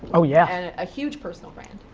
ah yeah a huge personal brand.